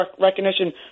recognition